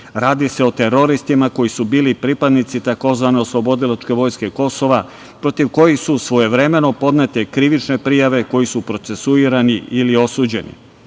Radi se o teroristima koji su bili pripadnici tzv. Oslobodilačke vojske Kosova, protiv kojih su svojevremeno podnete krivične prijave, koji su procesuirani ili osuđeni.U